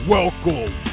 Welcome